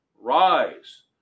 Rise